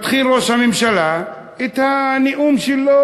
מתחיל ראש הממשלה את הנאום שלו,